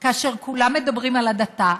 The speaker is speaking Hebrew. כאשר כולם מדברים על הדתה,